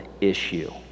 issue